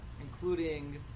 including